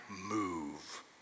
move